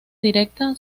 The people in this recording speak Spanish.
directa